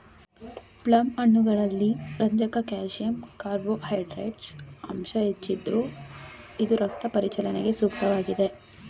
plum ಹಣ್ಣುಗಳಲ್ಲಿ ರಂಜಕ calcium carbohydrates ಅಂಶ ಹೆಚ್ಚಿದ್ದು ಇದು ರಕ್ತ ಪರಿಚಲನೆಗೆ ಸೂಕ್ತವಾಗಿದೆ